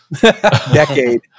decade